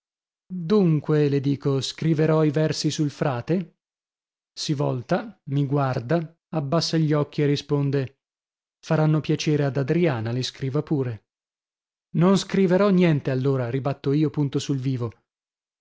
dunque le dico scriverò i versi sul frate si volta mi guarda abbassa gli occhi e risponde faranno piacere ad adriana li scriva pure non scriverò niente allora ribatto io punto sul vivo